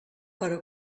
però